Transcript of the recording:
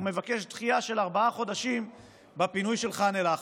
הוא מבקש דחייה של ארבעה חודשים בפינוי של ח'אן אל-אחמר.